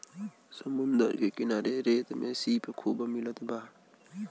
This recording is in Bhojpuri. समुंदर के किनारे रेत में सीप खूब मिलत बा